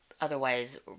Otherwise